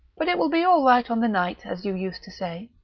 but it will be all right on the night, as you used to say.